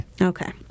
Okay